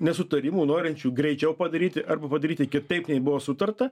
nesutarimų norinčių greičiau padaryti arba padaryti kitaip nei buvo sutarta